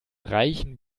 reichen